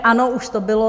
Ano, už to bylo.